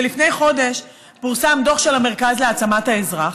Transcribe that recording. שלפני חודש פורסם דוח של המרכז להעצמת האזרח,